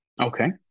Okay